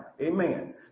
Amen